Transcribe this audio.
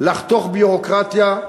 לחתוך ביורוקרטיה,